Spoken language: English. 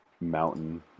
mountain